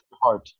heart